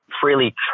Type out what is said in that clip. freely